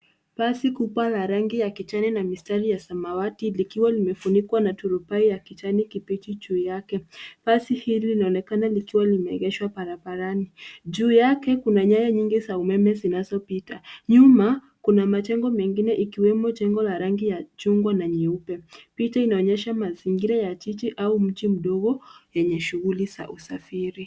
Basi kubwa la rangi ya kijani na mistari ya samawati likiwa limefunikwa na turubai ya kijani kibichi juu yake. Basi hili laonekana likiwa limeegeshwa barabarani. Juu yake kuna nyaya nyingi za umeme zinazopita. Nyuma, kuna majengo mengine ikiwemo jengo ya rangi ya chungwa na ya nyeupe. Picha inaonyesha mazingira ya jiji au mji mdogo yenye shuguli za usafiri.